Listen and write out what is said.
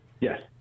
Yes